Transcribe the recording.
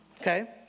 Okay